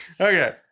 Okay